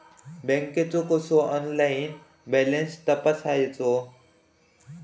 बँकेचो कसो online balance तपासायचो?